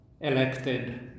elected